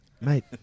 Mate